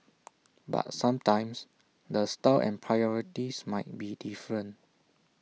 but sometimes the style and priorities might be different